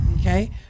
okay